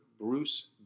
Bruce